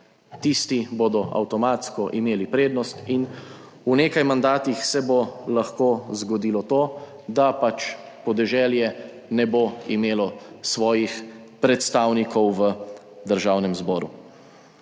tisti bodo avtomatsko imeli prednost in v nekaj mandatih se bo lahko zgodilo to, da pač podeželje ne bo imelo svojih predstavnikov v Državnem zboru.